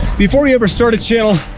before you ever started channel,